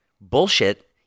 bullshit